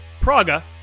Praga